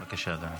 בבקשה, אדוני.